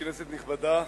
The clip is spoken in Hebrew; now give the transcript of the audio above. כנסת נכבדה,